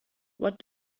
what